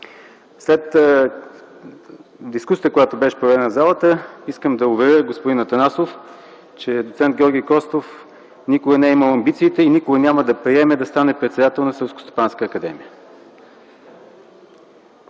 След проведената дискусия в залата искам да уверя господин Атанасов, че доц. Георги Костов никога не е имал амбициите и никога няма да приеме да стане председател на Селскостопанската академия.